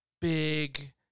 big